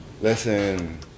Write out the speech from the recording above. listen